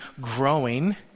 growing